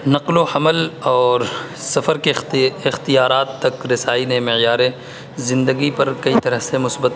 نقل و حمل اور سفر کے اختیارات تک رسائی نے معیار زندگی پر کئی طرح سے مثبت